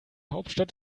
hauptstadt